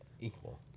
equal